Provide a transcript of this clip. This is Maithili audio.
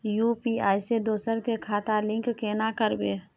यु.पी.आई से दोसर के खाता लिंक केना करबे?